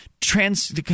Trans